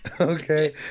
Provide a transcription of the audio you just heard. Okay